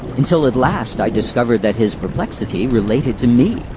until at last i discovered that his perplexity related to me,